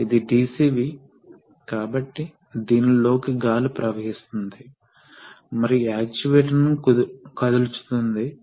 కాబట్టి pump A unload చేయబడినప్పుడు ఈ రిలీఫ్ వాల్వ్ అమరిక మించిపోయింది కాబట్టి ఇది పంపు యొక్క ప్రవాహం రేటు కాబట్టి ఈ పంపు అన్లోడ్ అవుతుంది